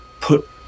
put